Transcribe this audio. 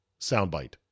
Soundbite